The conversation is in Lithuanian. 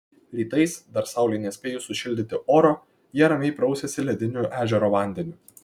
rytais dar saulei nespėjus sušildyti oro jie ramiai prausiasi lediniu ežero vandeniu